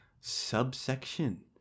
subsection